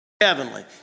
heavenly